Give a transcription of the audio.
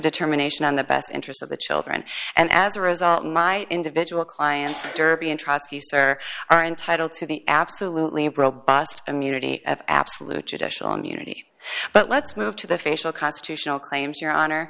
determination on the best interests of the children and as a result my individual clients derby and trotzky sir are entitled to the absolutely robust immunity absolute judicial immunity but let's move to the facial constitutional claims your honor